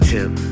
Tip